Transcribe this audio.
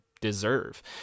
deserve